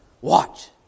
watch